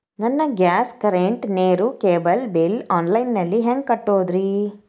ನನ್ನ gas, current, ನೇರು, cable bill online ನಲ್ಲಿ ಹೆಂಗ್ ಕಟ್ಟೋದ್ರಿ?